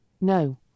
no